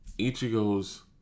Ichigo's